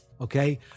Okay